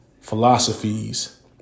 philosophies